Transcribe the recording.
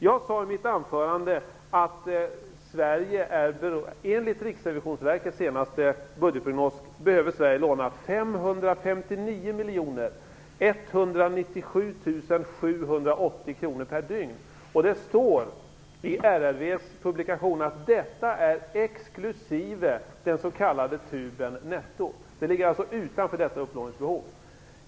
Jag sade i mitt anförande att Sverige enligt Riksrevisionsverkets senaste budgetprognos behöver låna 559 197 780 kr per dygn. Det står i RRV:s publikation att detta är exklusive den s.k. TUB:en netto. Det ligger alltså utanför detta upplåningsbehov.